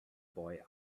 boy